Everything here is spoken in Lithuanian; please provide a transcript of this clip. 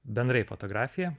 bendrai fotografiją